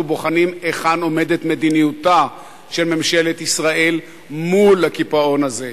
בוחנים היכן עומדת מדיניותה של ממשלת ישראל מול הקיפאון הזה.